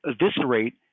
eviscerate